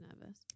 nervous